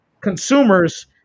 consumers